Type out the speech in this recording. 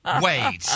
Wait